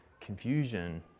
Confusion